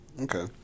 Okay